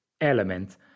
element